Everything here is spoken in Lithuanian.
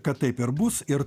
kad taip ir bus ir